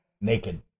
Naked